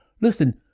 Listen